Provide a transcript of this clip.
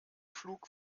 flug